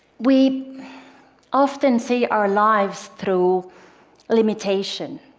we often see our lives through limitation